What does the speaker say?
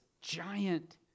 giant